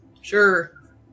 Sure